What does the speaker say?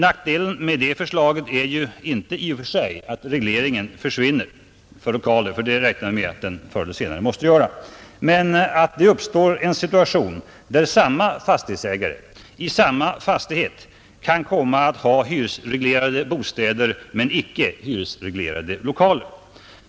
Nackdelen med det förslaget är inte i och för sig att regleringen försvinner — det räknar vi med att den förr eller senare måste göra — men att det uppstår en situation där samma fastighetsägare i samma fastighet kan komma att ha hyresreglerade bostäder och icke hyresreglerade lokaler.